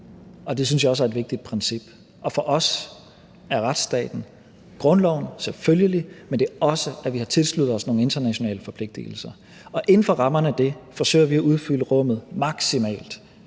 og det synes jeg også er et vigtigt princip. For os er retsstaten selvfølgelig grundloven, men det er også, at vi har tilsluttet os nogle internationale forpligtigelser. Inden for rammerne af det forsøger vi at udfylde rummet maksimalt,